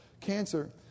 cancer